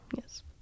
Yes